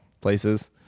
places